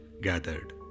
gathered